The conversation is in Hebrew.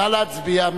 נא להצביע.